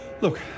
Look